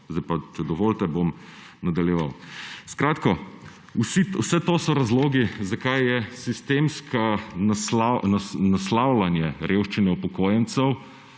Če dovolite, bom nadaljeval. Vse to so razlogi, zakaj je sistemsko naslavljanje revščine upokojencev